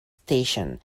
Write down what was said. station